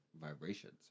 vibrations